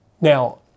Now